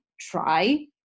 try